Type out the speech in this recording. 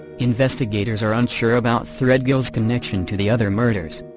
investigators are unsure about threadgill's connection to the other murders.